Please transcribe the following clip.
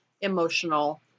emotional